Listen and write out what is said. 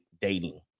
dating